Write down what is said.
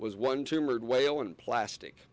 was one tumour whale in plastic